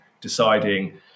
deciding